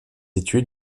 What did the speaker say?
études